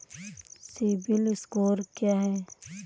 CIBIL score क्या है?